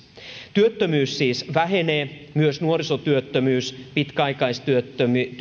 työttömyys siis vähenee myös nuorisotyöttömyys pitkäaikaistyöttömienkin